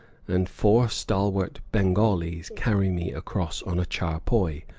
and four stalwart bengalis carry me across on a charpoy,